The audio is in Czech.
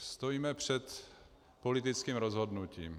Stojíme před politickým rozhodnutím.